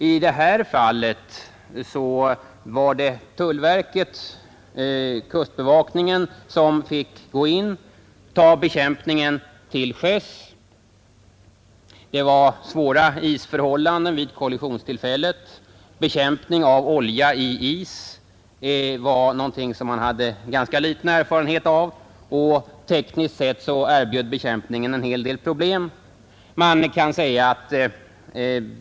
I detta fall var det tullverket och dess kustbevakning som fick gripa in med bekämpning till sjöss, Det var svåra isförhållanden vid kollisionstillfället. Man hade ganska liten erfarenhet av bekämpning av olja i is, och tekniskt sett erbjöd bekämpningen en hel del problem.